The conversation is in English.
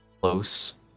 close